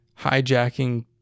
hijacking